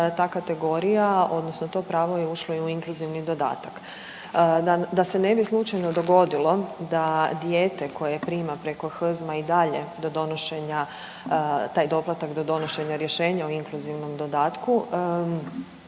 ta kategorija odnosno to pravo je ušlo i u inkluzivni dodatak. Da se ne bi slučajno dogodilo da dijete koje prima preko HZM-a i dalje do donošenja taj doplatak, do donošenja rješenja o inkluzivnom dodatku,